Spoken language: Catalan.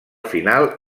final